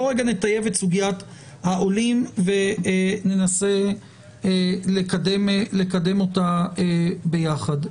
בואו נטייב את סוגיית העולים וננסה לקדם אותה ביחד.